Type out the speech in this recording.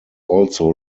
also